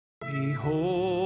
Behold